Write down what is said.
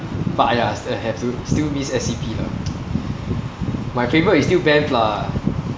but !aiya! I have to still miss S_E_P lah my favourite is still banff lah